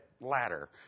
Ladder